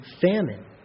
famine